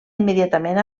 immediatament